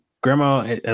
grandma